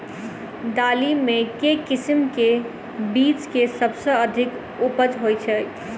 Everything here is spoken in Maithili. दालि मे केँ किसिम केँ बीज केँ सबसँ अधिक उपज होए छै?